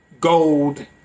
gold